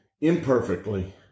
imperfectly